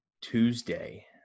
Tuesday